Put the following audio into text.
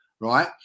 Right